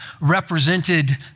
represented